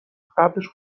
قبلش